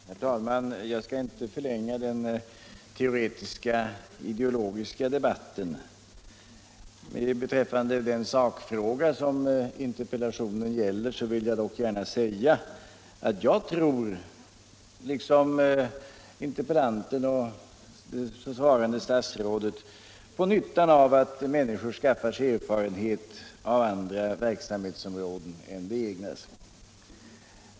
Herr talman! Jag skall inte förlänga den teoretiska, ideologiska delen av denna debatt. Beträffande den sakfråga som interpellationen gäller vill jag emellertid säga att jag tror, liksom interpellanten och statsrådet Feldt, på nyttan av att människor skaffar sig erfarenhet av andra verksamhetsområden än det egna.